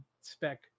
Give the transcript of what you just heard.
spec